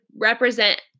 represent